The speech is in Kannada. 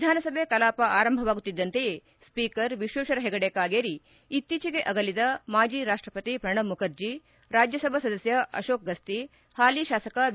ವಿಧಾನಸಭೆ ಕಲಾಪ ಆರಂಭವಾಗುತ್ತಿದ್ದಂತೆಯೇ ಸ್ವೀಕರ್ ವಿಶ್ವೇಶ್ವರ್ ಹೆಗಡೆ ಕಾಗೇರಿ ಇತ್ತೀಚೆಗೆ ಅಗಲಿದ ಮಾಜಿ ರಾಷ್ಟಪತಿ ಪ್ರಣವ್ ಮುಖರ್ಜಿ ರಾಜ್ಯಸಭಾ ಸದಸ್ಯ ಅಶೋಕ್ ಗಸ್ತಿ ಹಾಲಿ ಶಾಸಕ ಬಿ